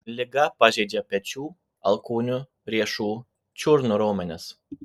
liga pažeidžia pečių alkūnių riešų čiurnų raumenis